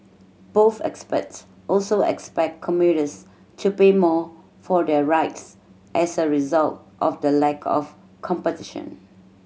both experts also expect commuters to pay more for their rides as a result of the lack of competition